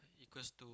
equals to